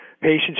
patients